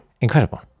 incredible